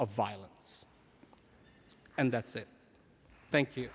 of violence and that's it thank you